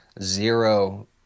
zero